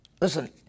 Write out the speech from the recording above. Listen